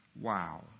Wow